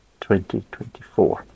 2024